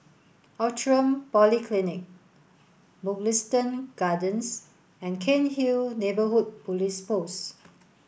Outram Polyclinic Mugliston Gardens and Cairnhill Neighbourhood Police Post